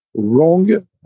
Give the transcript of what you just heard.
wrong